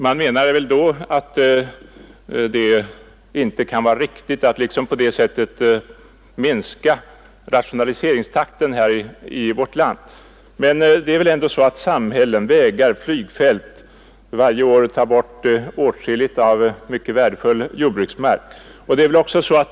Man tycks mena att det inte kan vara riktigt att på det sättet kanske minska rationaliseringsoch nedläggningstakten här i vårt land. Men samhällen, vägar och flygfält tar varje år bort åtskilligt av värdefull jordbruksmark.